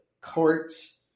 courts